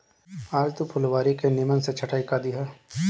आज तू फुलवारी के निमन से छटाई कअ दिहअ